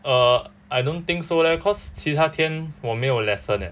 err I don't think so leh because 其他天我没有 lesson leh